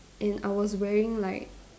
and I was wearing like